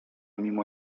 mimo